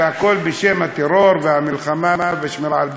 והכול בשם הטרור והמלחמה ושמירה על הביטחון.